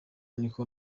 niko